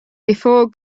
before